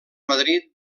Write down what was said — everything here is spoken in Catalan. madrid